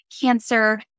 cancer